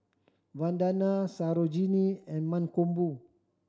Vandana Sarojini and Mankombu